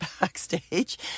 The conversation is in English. backstage